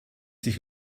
sich